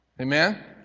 Amen